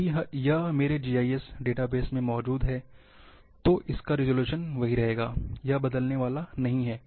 यदि यह मेरे जीआईएस डेटाबेस में मौजूद है तो इसका रिज़ॉल्यूशन वही रहेगा यह बदलने वाला नहीं है